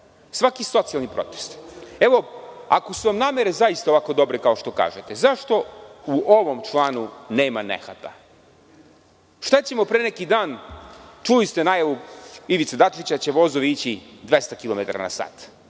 svaki socijalni protest. Evo, ako su vam namere zaista ovako dobre kao što kažete, zašto u ovom članu nema nehata. Šta ćemo pre neki dan, čuli ste najavu Ivice Dačića da će vozovi ići 200 kilometara